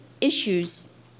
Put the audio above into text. issues